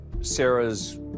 Sarah's